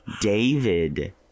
David